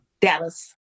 Dallas